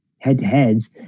head-to-heads